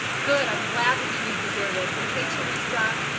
good, i'm glad that you need to hear this. and hey teresa,